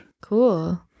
Cool